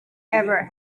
ever